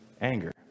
anger